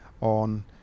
on